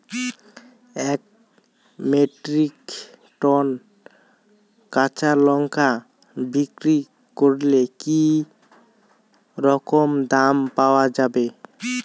এক metric ton কাঁচা লঙ্কা বিক্রি করলে কি রকম দাম পাওয়া যাবে?